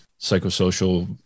psychosocial